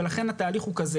ולכן התהליך הוא כזה